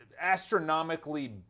astronomically